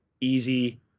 easy